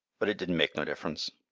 but it didn' make no difference.